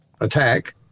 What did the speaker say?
attack